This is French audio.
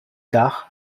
tard